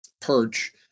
perch